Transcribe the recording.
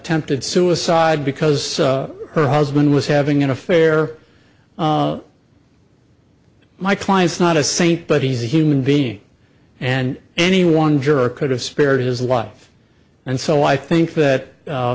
tempted suicide because her husband was having an affair my client's not a saint but he's a human being and any one juror could have spared his life and so i think that